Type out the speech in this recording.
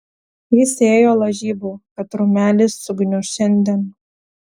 jis ėjo lažybų kad rūmelis sugniuš šiandien